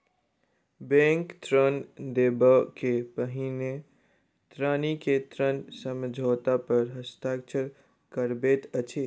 bank ऋण देबअ के पहिने ऋणी के ऋण समझौता पर हस्ताक्षर करबैत अछि